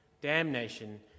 damnation